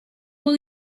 will